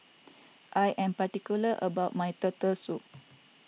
I am particular about my Turtle Soup